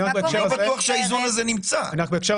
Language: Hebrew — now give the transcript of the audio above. אני לא בטוח שהאיזון הזה נמצא.